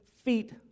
feet